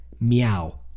Meow